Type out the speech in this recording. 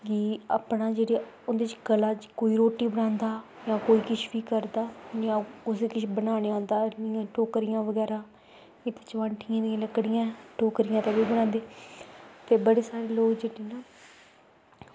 कि अपना जेह्ड़ा उं'दे च कला कोई रोटी बनांदा जां कोई किश बी करदा इ'यां किश ना किश बनाना आंदा जियां टोकरियां बगैरा एह्दे च बैंठियें दी लक्कड़ियां टोकरियां जेह्दे नै बनांदे ते बड़े सारे लोक जेह्के न